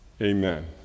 Amen